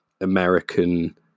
American